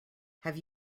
have